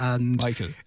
Michael